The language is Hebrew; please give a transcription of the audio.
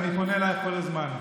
אז אני פונה אלייך כל הזמן.